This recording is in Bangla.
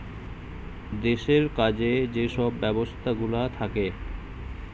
দেশের কাজে যে সব ব্যবস্থাগুলা থাকে